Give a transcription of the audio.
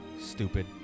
Stupid